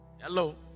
Hello